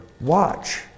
Watch